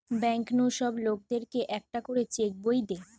bank নু সব লোকদের কে একটা করে চেক বই দে